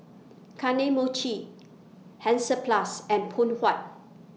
Kane Mochi Hansaplast and Poon Huat